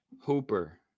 Hooper